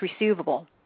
receivable